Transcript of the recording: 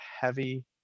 heavy